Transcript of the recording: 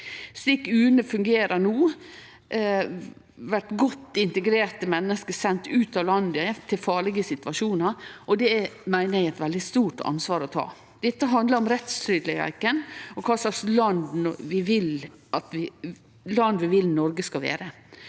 Slik UNE fungerer no, blir godt integrerte menneske sende ut av landet til farlege situasjonar, og det meiner eg er eit veldig stort ansvar å ta. Dette handlar om rettstryggleik og kva slags land vi vil at Noreg skal vere.